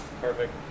Perfect